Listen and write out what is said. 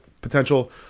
Potential